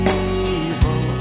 evil